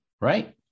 Right